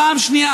פעם שנייה,